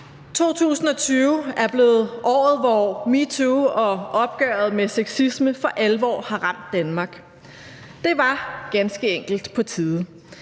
2020 er blevet året, hvor metoo og opgøret med sexisme for alvor har ramt Danmark. Det var ganske enkelt på tide.